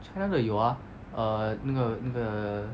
china 的有啊 err 那个那个